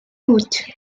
mood